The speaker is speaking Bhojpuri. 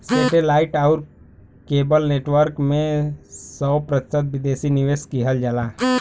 सेटे लाइट आउर केबल नेटवर्क में सौ प्रतिशत विदेशी निवेश किहल जाला